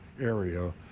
area